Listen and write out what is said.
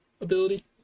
ability